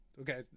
Okay